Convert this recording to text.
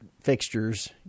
fixtures